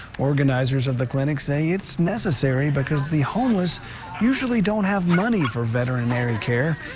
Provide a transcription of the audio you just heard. organizers of the clinic say it's necessary because the homeless usually don't have money for veterinanary care.